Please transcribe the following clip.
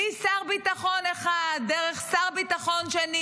משר ביטחון אחד דרך שר ביטחון שני,